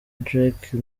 drake